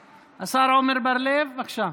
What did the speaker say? השר עמר בר לב, בבקשה.